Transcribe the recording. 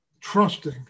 trusting